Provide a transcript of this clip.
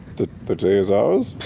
the the day is ours?